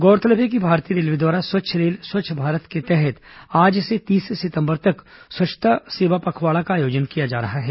गौरतलब है कि भारतीय रेलवे द्वारा स्वच्छ रेल स्वच्छ भारत के तहत आज से तीस सितंबर तक स्वच्छता सेवा पखवाड़ा का आयोजन किया जा रहा है